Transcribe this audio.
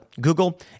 Google